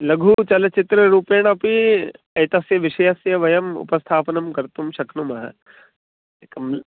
लघु चलचित्ररूपेणापि एतस्य विषयस्य वयम् उपस्थापनं कर्तुं शक्नुमः एकम्